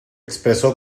expresó